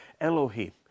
Elohim